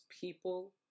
people